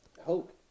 Hope